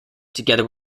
together